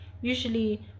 usually